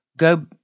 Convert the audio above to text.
go